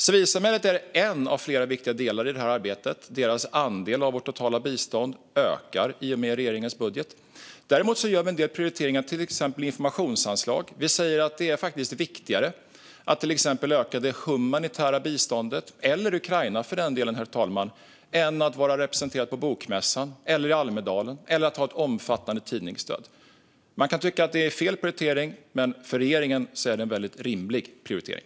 Civilsamhället är en av flera viktiga delar i detta arbete. Deras andel av vårt totala bistånd ökar i och med regeringens budget. Vi gör däremot en del prioriteringar när det gäller till exempel informationsanslag. Vi säger att det faktiskt är viktigare att till exempel öka det humanitära biståndet, eller biståndet till Ukraina för den delen, herr talman, än att vara representerad på Bokmässan eller i Almedalen eller att ha ett omfattande tidningsstöd. Man kan tycka att detta är en felaktig prioritering, men för regeringen är den väldigt rimlig.